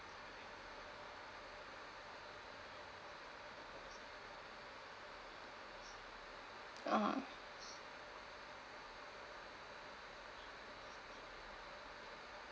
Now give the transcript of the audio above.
(uh huh)